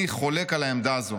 אני חולק על העמדה הזו.